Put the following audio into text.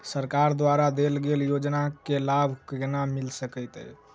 सरकार द्वारा देल गेल योजना केँ लाभ केना मिल सकेंत अई?